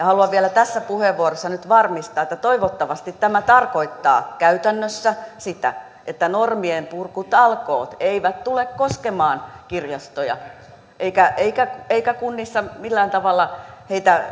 haluan vielä tässä puheenvuorossa nyt varmistaa että toivottavasti tämä tarkoittaa käytännössä sitä että normienpurkutalkoot eivät tule koskemaan kirjastoja eikä eikä kuntia millään tavalla